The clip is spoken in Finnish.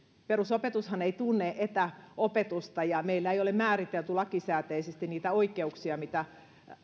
perusopetushan ei tunne etäopetusta ja meillä ei ole määritelty lakisääteisesti niitä oikeuksia mitä